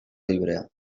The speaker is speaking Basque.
librea